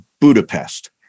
Budapest